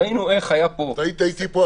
ראינו איך היה פה --- אתה היית איתי פה,